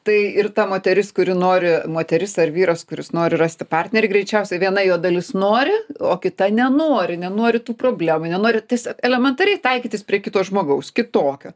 tai ir ta moteris kuri nori moteris ar vyras kuris nori rasti partnerį greičiausiai viena jo dalis nori o kita nenori nenori tų problemų nenori tiesio elementariai taikytis prie kito žmogaus kitokio